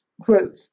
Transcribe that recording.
Growth